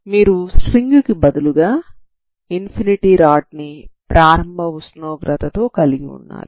మీరు స్ట్రింగ్ కి బదులుగా ఇన్ఫినిటీ రాడ్ ని ప్రారంభ ఉష్ణోగ్రత తో కలిగి ఉన్నారు